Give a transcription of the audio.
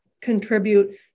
contribute